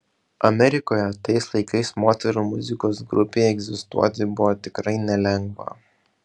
amerikoje tais laikais moterų muzikos grupei egzistuoti buvo tikrai nelengva